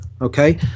okay